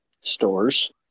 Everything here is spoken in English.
stores